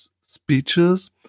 speeches